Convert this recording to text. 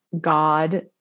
God